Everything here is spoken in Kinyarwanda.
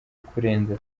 kurenza